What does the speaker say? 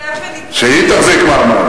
שהיא תחזיק מעמד?